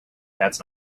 that’s